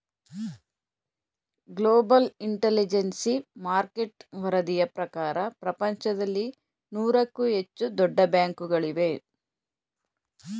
global intelligence market ವರದಿಯ ಪ್ರಕಾರ ಪ್ರಪಂಚದಲ್ಲಿ ನೂರಕ್ಕೂ ಹೆಚ್ಚು ದೊಡ್ಡ ಬ್ಯಾಂಕುಗಳಿವೆ